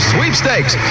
Sweepstakes